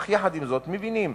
אך עם זאת מבינים